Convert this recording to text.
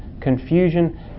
confusion